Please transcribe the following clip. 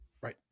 right